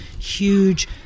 huge